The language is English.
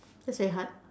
that's very hard